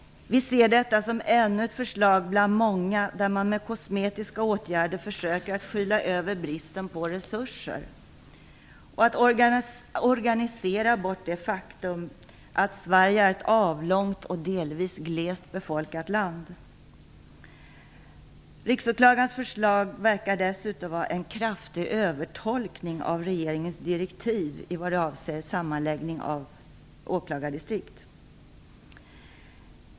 Vi ser detta som ännu ett bland många förslag där man med kosmetiska åtgärder försöker att skyla över bristen på resurser och organisera bort det faktum att Sverige är ett avlångt och delvis glest befolkat land. Riksåklagarens förslag verkar dessutom vara en kraftig övertolkning av regeringens direktiv i vad avser sammanläggning av åklagardistrikt.